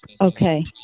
Okay